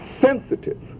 sensitive